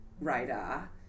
radar